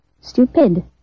Stupid